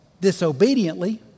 disobediently